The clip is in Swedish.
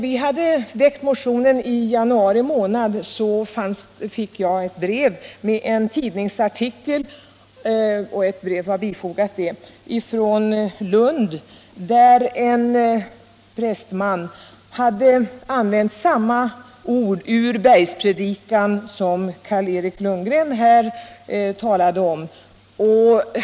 I januari månad när vi hade väckt motionen fick jag ett brev med en tidningsartikel där en prästman från Lund hade citerat samma ord ur Bergspredikan som Carl-Eric Lundgren gjorde.